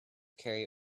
carry